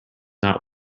not